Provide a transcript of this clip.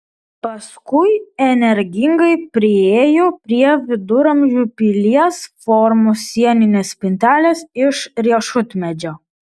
paskui energingai priėjo prie viduramžių pilies formos sieninės spintelės iš riešutmedžio